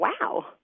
Wow